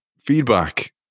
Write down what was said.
feedback